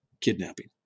kidnapping